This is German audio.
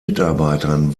mitarbeitern